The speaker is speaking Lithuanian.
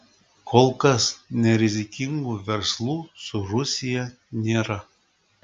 kol kas nerizikingų verslų su rusija nėra